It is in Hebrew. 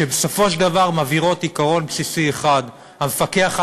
שבסופו של דבר מבהירות עיקרון בסיסי אחד: המפקח על